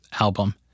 album